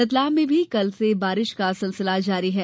रतलाम में भी कल से बारिश का सिलसिला जारी है